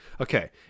okay